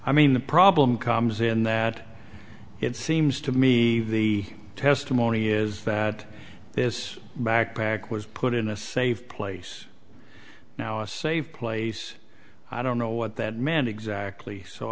i mean the problem comes in that it seems to me the testimony is that this backpack was put in a safe place now a safe place i don't know what that meant exactly so